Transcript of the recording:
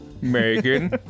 Megan